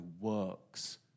works